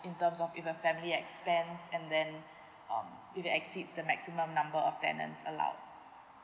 in terms of if a family expands and then um it will exceeds the maximum number of tenants allowed